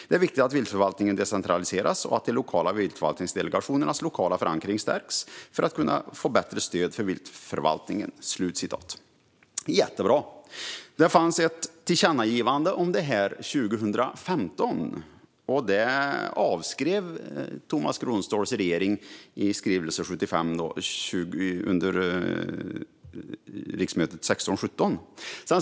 Det är viktigt att viltförvaltningen decentraliseras och att de lokala viltförvaltningsdelegationernas lokala förankring stärks för att kunna få ett bättre stöd för viltförvaltningen." Jättebra! Det fanns ett tillkännagivande om det här 2015. Det avskrev Tomas Kronståhls regering i skrivelse 2016/17:75.